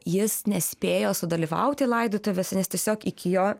jis nespėjo sudalyvauti laidotuvėse nes tiesiog iki jo